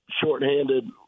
shorthanded